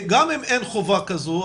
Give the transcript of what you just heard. גם אם אין חובה כזו,